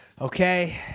Okay